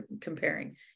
comparing